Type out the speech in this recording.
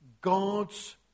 God's